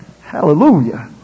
Hallelujah